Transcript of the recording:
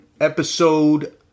episode